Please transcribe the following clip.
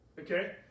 Okay